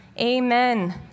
Amen